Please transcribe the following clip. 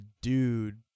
dude